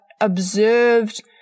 observed